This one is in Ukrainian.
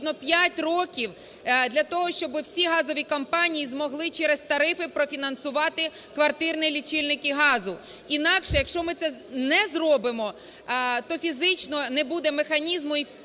п'ять років, для того, щоб всі газові компанії могли через тарифи профінансувати квартирні лічильники газу. Інакше, якщо ми це не зробимо, то фізично не буде механізму їх